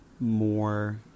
more